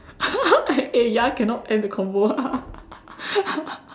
eh ya cannot end the convo ah